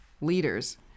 leaders